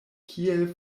kiel